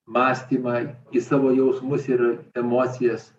mąstymą į savo jausmus ir emocijas